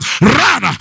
run